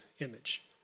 image